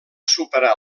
superar